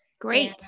great